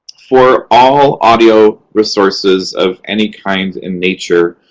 for all audio resources of any kind in nature,